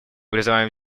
призываем